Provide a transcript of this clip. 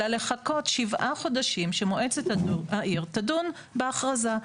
אלא לחכות 7 חודשים שמועצת העיר תדון בהכרזה.